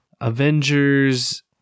avengers